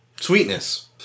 Sweetness